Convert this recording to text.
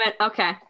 Okay